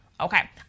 Okay